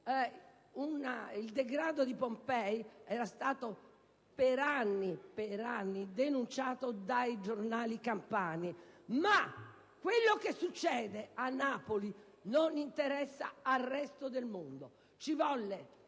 Il degrado di Pompei era stato per anni denunciato dai giornali campani, ma quello che succede a Napoli non interessa al resto del mondo. Ci vollero